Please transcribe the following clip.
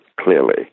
clearly